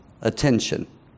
attention